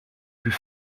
plus